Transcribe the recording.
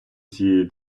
цієї